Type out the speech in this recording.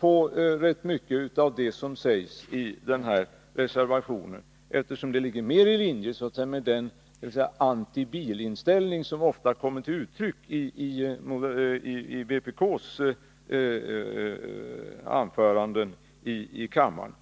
bakom rätt mycket av det som sägs i den här reservationen, eftersom det ligger meri linje med den antibilinställning som ofta kommer till uttryck i vpk:s anföranden i kammaren.